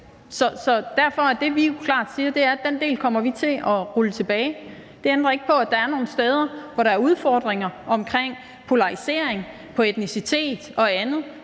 jo derfor, vi klart siger, at den del kommer vi til at rulle tilbage. Det ændrer ikke på, at der er nogle steder, hvor der er udfordringer omkring en polarisering i forhold til etnicitet og andet.